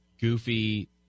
goofy